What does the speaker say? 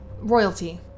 royalty